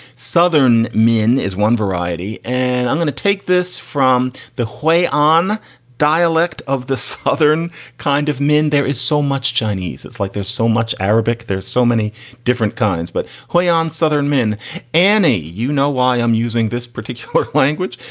southern men is one variety. and i'm going to take this from the highway on dialect of the southern kind of men. there is so much chinese. it's like there's so much arabic, there's so many different kinds, but hawai'ian southern men and a you know why i'm using this particular language.